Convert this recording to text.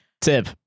Tip